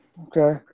Okay